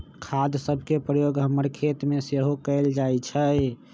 खाद सभके प्रयोग हमर खेतमें सेहो कएल जाइ छइ